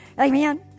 Amen